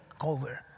over